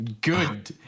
Good